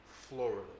Florida